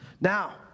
Now